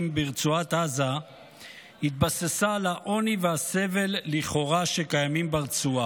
ברצועת עזה התבסס על העוני והסבל לכאורה שקיימים ברצועה.